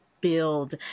Build